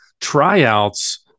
tryouts